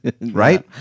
right